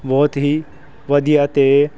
ਬਹੁਤ ਹੀ ਵਧੀਆ ਅਤੇ